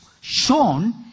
shown